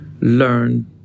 learn